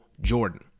jordan